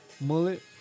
mullet